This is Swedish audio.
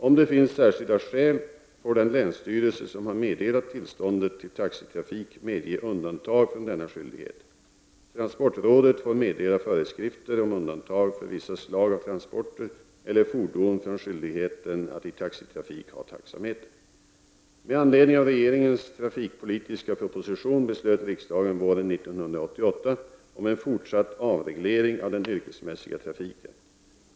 Om det finns särskilda skäl får den länsstyrelse som har meddelat tillståndet till taxitrafik medge undantag från denna skyldighet. Transportrådet får meddela föreskrifter om undantag för vissa slag av transporter eller fordon från skyldigheten att i taxitrafik ha taxameter. Med anledning av regeringens trafikpolitiska proposition beslöt riksdagen våren 1988 om en fortsatt avreglering av den yrkesmässiga trafiken.